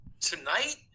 Tonight